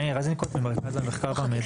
מאיר אייזנקוט, ממרכז המחקר והמידע של הכנסת.